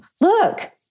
look